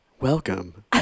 welcome